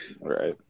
Right